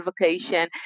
vacation